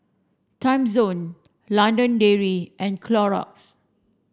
timezone London Dairy and Clorox